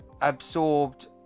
absorbed